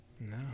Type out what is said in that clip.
No